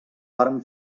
vàrem